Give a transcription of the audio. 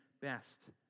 best